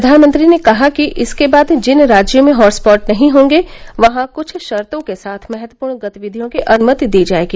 प्रधानमंत्री ने कहा कि इसके बाद जिन राज्यों में हॉट स्पॉट नहीं होंगे वहां कुछ शर्तों के साथ महत्वपूर्ण गतिविधियों की अनुमति दी जायेगी